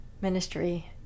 ministry